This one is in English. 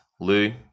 Lou